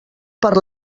per